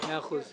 אדוני היושב ראש,